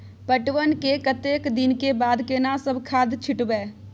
पटवन के कतेक दिन के बाद केना सब खाद छिटबै?